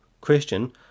Christian